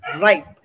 ripe